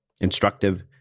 instructive